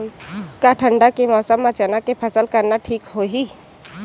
का ठंडा के मौसम म चना के फसल करना ठीक होही?